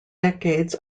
decades